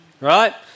Right